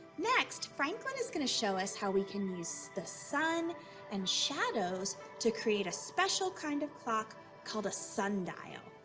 next, franklin is gonna show us how we can use the sun and shadows to create a special kind of clock called a sundial.